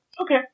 Okay